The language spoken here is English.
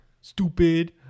Stupid